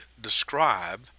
describe